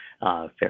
fair